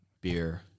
beer